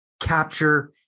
capture